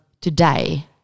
today